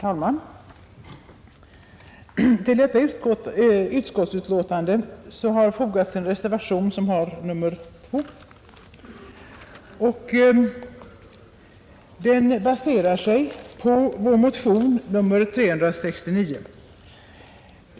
Herr talman! Till kulturutskottets betänkande nr 3 har fogats en reservation, nr 2, som baserar sig på vår motion nr 369.